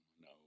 no